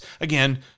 again